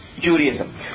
Judaism